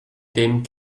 dem